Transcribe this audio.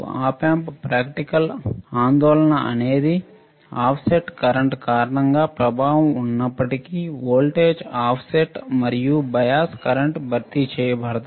Op Amp practical ఆందోళన అనేది offset current కారణంగా ప్రభావం ఉన్నప్పటికీ వోల్టేజ్ ఆఫ్సెట్ మరియు బయాస్ కరెంట్ భర్తీ చేయబడతాయి